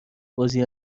بازی